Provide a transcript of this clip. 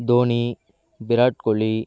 Dhoni Virat Kohli